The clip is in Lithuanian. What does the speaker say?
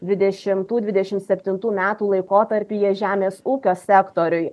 dvidešimtų dvidešimt septintų metų laikotarpyje žemės ūkio sektoriuj